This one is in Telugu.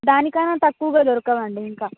దానికన్నా తక్కువగా దొరకవా అండి ఇంకా